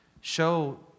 show